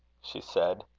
she said.